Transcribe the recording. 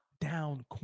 down